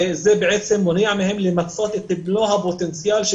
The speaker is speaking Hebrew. היא מונעת מהן למצות את מלוא הפוטנציאל של